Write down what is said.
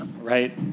Right